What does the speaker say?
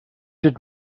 did